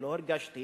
לא הרגשתי